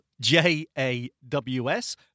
J-A-W-S